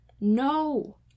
No